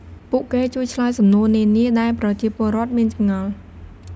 ពួកគេជួយឆ្លើយសំណួរនានា ដែលប្រជាពលរដ្ឋមានចម្ងល់។